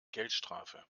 geldstrafe